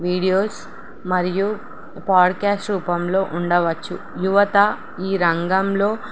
videos మరియు podcast రూపంలో ఉండవచ్చు యువత ఈ రంగంలో